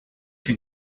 que